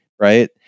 Right